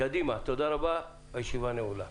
תודה רבה, הישיבה נעולה.